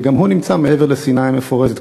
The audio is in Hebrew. וגם הוא נמצא מעבר לסיני המפורזת.